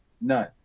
none